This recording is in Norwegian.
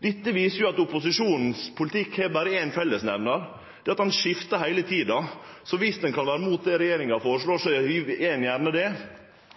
Dette viser at opposisjonens politikk berre har ein fellesnemnar – at han skiftar heile tida. Så om ein kan vere imot det regjeringa føreslår, er ein gjerne det,